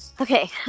Okay